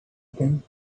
open